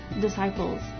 disciples